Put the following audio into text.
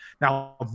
Now